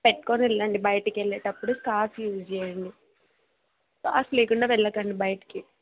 పెట్టుకోనెళ్ళండి బయటకెళ్ళేటప్పుడు scarf use చేయండి scarf లేకుండా వెల్లకండి బయటకి